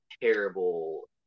terrible